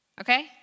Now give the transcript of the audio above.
Okay